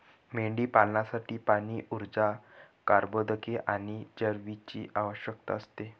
मेंढीपालनासाठी पाणी, ऊर्जा, कर्बोदके आणि चरबीची आवश्यकता असते